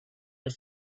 but